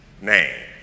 name